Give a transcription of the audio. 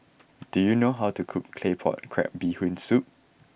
do you know how to cook Claypot Crab Bee Hoon Soup